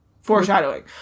Foreshadowing